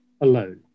alone